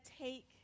Take